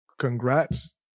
congrats